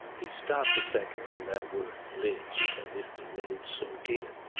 he stopped a second on that word lynch as if to let it soak in.